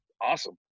awesome